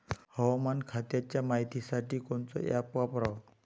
हवामान खात्याच्या मायतीसाठी कोनचं ॲप वापराव?